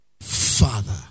Father